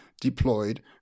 deployed